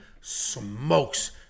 smokes